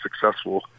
successful